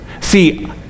See